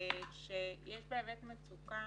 שיש באמת מצוקה